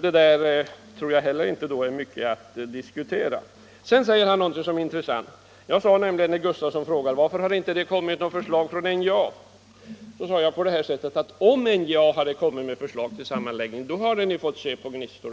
Därför tror jag inte att det heller är mycket att diskutera. Sedan säger Filip Johansson någonting som är intressant. Nils Gus tafsson i Byske frågade varför det inte har kommit något förslag om sammanläggning från NJA, och då svarade jag att om NJA hade kommit med ett sådant förslag, då hade ni fått se på gnistor.